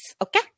okay